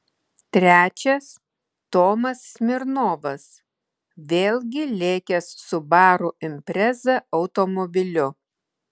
trečias tomas smirnovas vėlgi lėkęs subaru impreza automobiliu